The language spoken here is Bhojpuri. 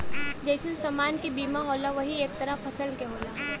जइसन समान क बीमा होला वही तरह फसल के होला